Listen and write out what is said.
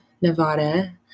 Nevada